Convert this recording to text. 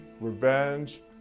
revenge